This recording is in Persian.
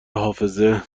حافظه